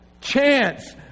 chance